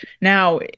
Now